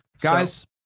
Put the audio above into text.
Guys